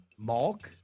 Malk